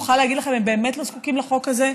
ואני מוכרחה להגיד לכם שהם באמת לא זקוקים לחוק הזה.